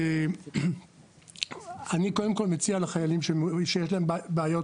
ויש לה,